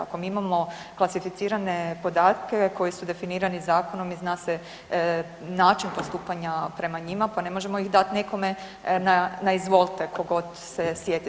Ako mi imamo klasificirane podatke koji su definirani zakonom i zna se način postupanja prema njima, pa ne možemo ih dati nekome na izvolte ko god se sjeti.